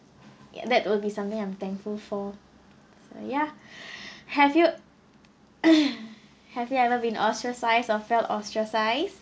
ya that will be something I'm thankful for so ya have you have you ever been ostracized or felt ostracized